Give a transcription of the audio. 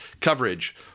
coverage